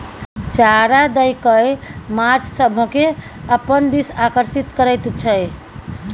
चारा दए कय माछ सभकेँ अपना दिस आकर्षित करैत छै